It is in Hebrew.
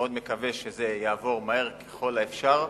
מאוד מקווה שזה יעבור מהר ככל האפשר,